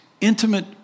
intimate